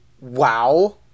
wow